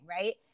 right